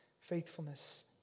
faithfulness